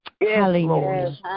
Hallelujah